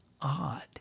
odd